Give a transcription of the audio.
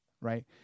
right